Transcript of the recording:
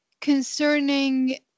concerning